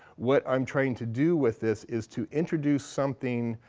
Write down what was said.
what i'm trying to do with this is to introduce something,